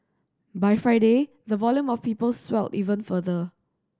by Friday the volume of people swelled even further